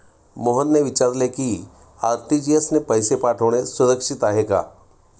मोहनने विचारले की आर.टी.जी.एस ने पैसे पाठवणे सुरक्षित आहे का?